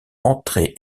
entraient